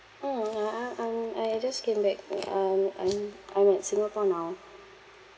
mm I I I'm I I just came back uh I'm I'm I'm at singapore now